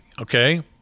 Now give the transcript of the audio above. Okay